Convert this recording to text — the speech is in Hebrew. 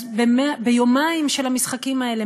אז ביומיים של המשחקים האלה,